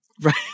Right